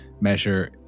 measure